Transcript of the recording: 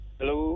Hello